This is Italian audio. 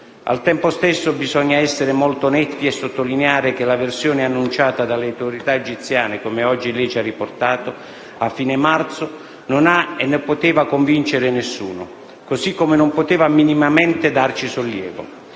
Al tempo stesso bisogna essere molto netti e sottolineare che la versione annunciata dalle autorità egiziane a fine marzo, come oggi il signor Ministro ci ha riportato, non ha convinto, né poteva convincere nessuno, così come non poteva minimamente darci sollievo.